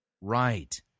Right